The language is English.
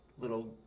little